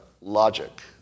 logic